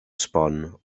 sbon